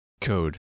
code